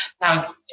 Now